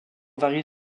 varie